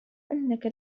أنك